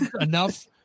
enough